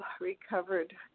recovered